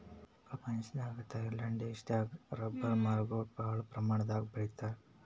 ಪ್ರಪಂಚದಾಗೆ ಥೈಲ್ಯಾಂಡ್ ದೇಶದಾಗ್ ರಬ್ಬರ್ ಮರಗೊಳ್ ಭಾಳ್ ಪ್ರಮಾಣದಾಗ್ ಬೆಳಿತಾರ್